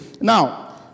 Now